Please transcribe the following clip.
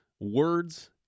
words